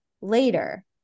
later